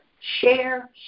share